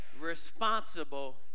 responsible